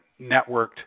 networked